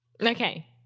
Okay